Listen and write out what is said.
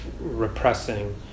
repressing